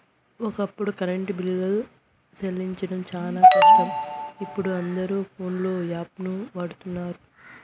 ఒకప్పుడు కరెంటు బిల్లులు సెల్లించడం శానా కష్టం, ఇపుడు అందరు పోన్పే యాపును వాడతండారు